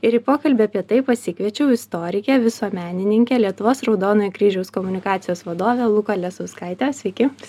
ir į pokalbį apie tai pasikviečiau istorikę visuomenininkę lietuvos raudonojo kryžiaus komunikacijos vadovę luką lesauskaitę sveiki